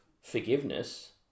forgiveness